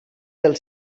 del